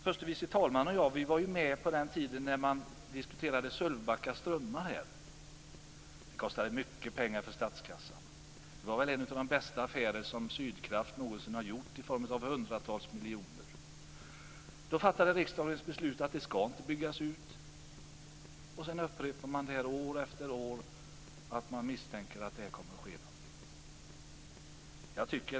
Förste vice talmannen och jag var med på den tiden när Sölvbacka strömmar diskuterades. Det kostade mycket pengar för statskassan. Det var väl en av de bästa affärer som Sydkraft någonsin gjort - hundratals miljoner. Då fattade riksdagen beslut om att det inte skall ske en utbyggnad. Sedan upprepas år efter år en misstanke om att något skall ske.